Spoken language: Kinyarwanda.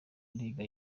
ariga